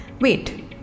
Wait